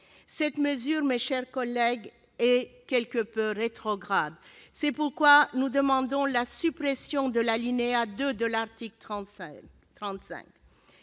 Cette mesure, mes chers collègues, est quelque peu rétrograde. C'est pourquoi nous demandons la suppression de l'alinéa 2 de cet article.